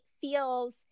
feels